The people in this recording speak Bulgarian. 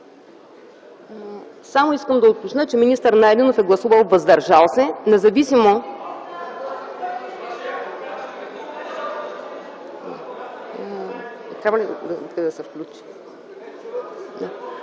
Само искам да уточня, че министър Найденов е гласувал „въздържал се”, независимо